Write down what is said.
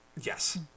yes